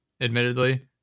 admittedly